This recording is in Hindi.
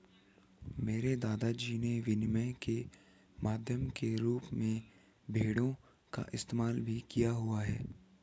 मेरे दादा जी ने विनिमय के माध्यम के रूप में भेड़ों का इस्तेमाल भी किया हुआ है